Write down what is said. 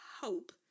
hope